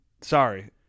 Sorry